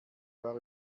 war